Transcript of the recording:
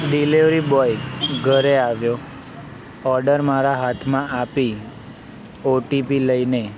delivery boy ઘરે આવ્યો order મારા હાથમાં આપી ઓટીપી લઈને